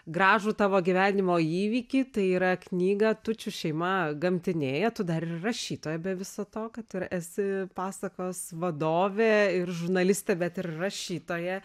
gražų tavo gyvenimo įvykį tai yra knygą tučių šeima gamtinėja tu dar ir rašytoja be viso to kad ir esi pasakos vadovė ir žurnalistė bet ir rašytoja